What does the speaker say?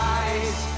eyes